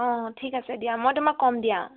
অঁ ঠিক আছে দিয়া মই তোমাক কম দিয়া